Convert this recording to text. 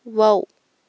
wow